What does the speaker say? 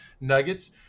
nuggets